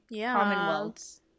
commonwealths